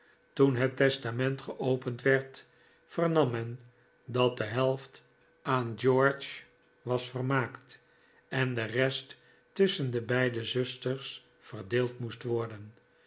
lezentoen het testament geopend werd vernam men dat de helft aan george was vermaakt en de rest tusschen de beide zusters verdeeld moest worden